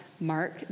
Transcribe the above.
Mark